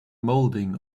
molding